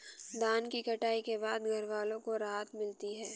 धान की कटाई के बाद घरवालों को राहत मिलती है